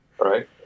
right